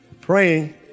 praying